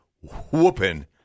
whooping